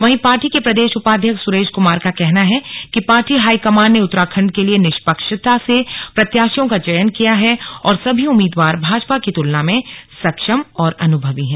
वहीं पार्टी के प्रदेश उपाध्यक्ष सुरेश कुमार का कहना है कि पार्टी हाईकमान ने उत्तराखण्ड के लिए निष्पक्षता से प्रत्याशियों का चयन किया है और सभी उम्मीदवार भाजपा की तुलना में सक्षम और अनुभवी हैं